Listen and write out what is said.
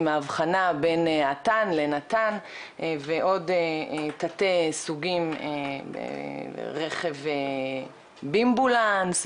עם האבחנה בין אט"ן לנט"ן ועוד תתי סוגים לרכב "בימבולנס",